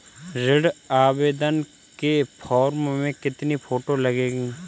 ऋण आवेदन के फॉर्म में कितनी फोटो लगेंगी?